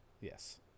Yes